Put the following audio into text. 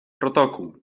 protokół